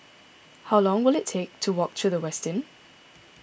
how long will it take to walk to the Westin